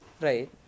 Right